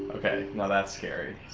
okay, now, that's scary.